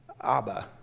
Abba